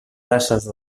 races